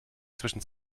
zwischen